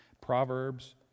Proverbs